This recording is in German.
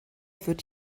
wird